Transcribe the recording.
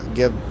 give